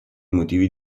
motivi